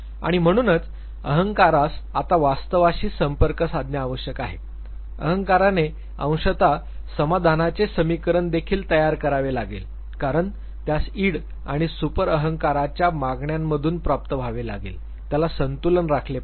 आणि म्हणूनच अहंकारास आता वास्तवाशी संपर्क साधणे आवश्यक आहे अहंकाराने अंशतः समाधानाचे समीकरण देखील तयार करावे लागेल कारण त्यास इड आणि सुपर अहंकाराच्या मागण्यांमधून प्राप्त व्हावे लागेल त्याला संतुलन राखले पाहिजे